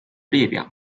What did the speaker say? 列表